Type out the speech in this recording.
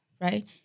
right